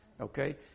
Okay